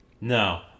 No